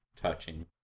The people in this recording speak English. touching